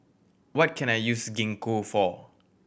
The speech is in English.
what can I use Gingko for